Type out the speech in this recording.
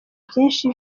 vyinshi